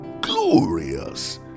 glorious